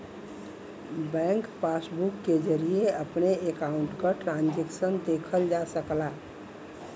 bank passbook के जरिये अपने अकाउंट क ट्रांजैक्शन देखल जा सकला